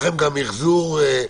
בצו העיריות.